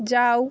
যাও